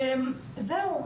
זהו,